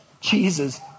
Jesus